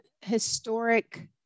historic